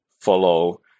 follow